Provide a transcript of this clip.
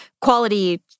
quality